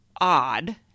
odd